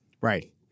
Right